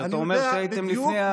אתה אומר שהייתם לפני,